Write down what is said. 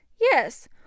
Yes